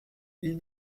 ils